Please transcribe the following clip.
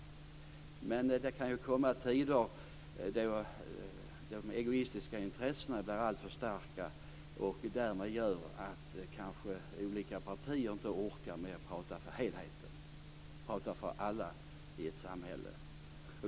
Men det kan ju komma tider då de egoistiska intressena blir alltför starka och därmed gör att olika partier kanske inte orkar prata för helheten, för alla i ett samhälle.